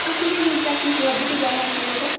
अस्तिदेखिन् practice गर्दै छ झन् आन्टीले त